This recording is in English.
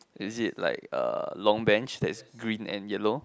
is it like uh long bench that is green and yellow